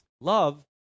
Love